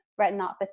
retinopathy